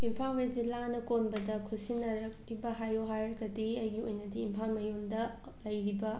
Imphal west ꯖꯤꯂꯥꯅ ꯀꯣꯟꯕꯗ ꯈꯨꯠꯁꯤꯟꯅꯔꯛꯂꯤꯕ ꯍꯥꯏꯌꯨ ꯍꯥꯏꯔꯒꯗꯤ ꯑꯩꯒꯤ ꯑꯣꯏꯅꯗꯤ ꯏꯝꯐꯥꯜ ꯃꯌꯣꯟꯗ ꯂꯩꯔꯤꯕ